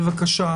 בבקשה,